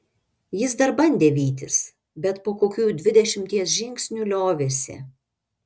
jis dar bandė vytis bet po kokių dvidešimties žingsnių liovėsi